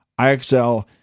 IXL